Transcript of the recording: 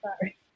sorry